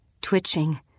twitching